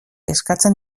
eskatzen